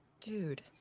Dude